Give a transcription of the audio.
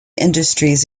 industries